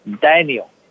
Daniel